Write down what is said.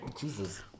Jesus